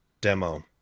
demo